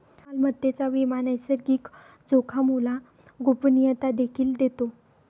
मालमत्तेचा विमा नैसर्गिक जोखामोला गोपनीयता देखील देतो